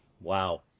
Wow